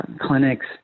clinics